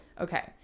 Okay